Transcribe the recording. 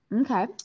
Okay